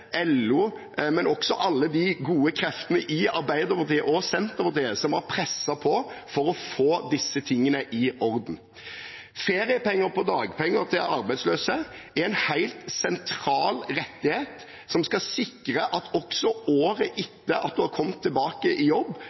LO, men også alle de gode kreftene i Arbeiderpartiet og Senterpartiet som har presset på for å få disse tingene i orden. Feriepenger på dagpenger til arbeidsløse er en helt sentral rettighet som skal sikre at man også året etter at man har kommet tilbake i jobb,